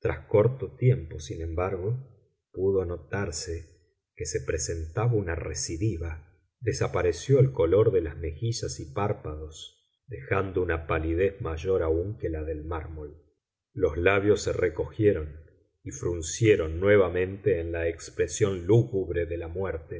corto tiempo sin embargo pudo notarse que se presentaba una recidiva desapareció el color de las mejillas y párpados dejando una palidez mayor aún que la del mármol los labios se recogieron y fruncieron nuevamente en la expresión lúgubre de la muerte